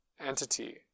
entity